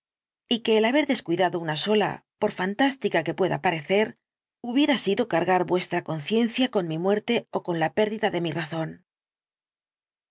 y que el haber descuidado una sola por fantás tica que pueda parecer hubiera sido cargar vuestra conciencia con mi muerte ó con la pérdida de mi razón